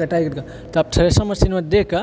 कटाइ करि कऽ तब थ्रेसर मशीनमे देकऽ